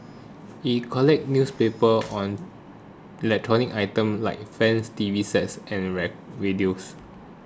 he collects newspapers or electronic items like fans T V sets and radios